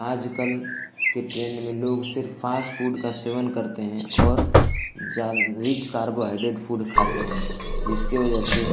आजकल के ट्रेन्ड में लोग सिर्फ़ फ़ास्ट फ़ूड का सेवन करते हैं और जा रिच कार्बोहाइड्रेट्स फ़ूड खाते हैं जिसकी वजह से